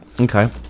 Okay